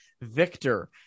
Victor